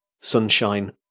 sunshine